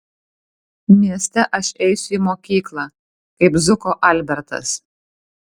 mieste aš eisiu į mokyklą kaip zuko albertas